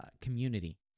community